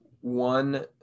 one